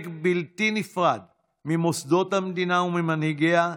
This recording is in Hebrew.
בלתי נפרד ממוסדות המדינה וממנהיגיה,